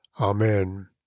Amen